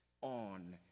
on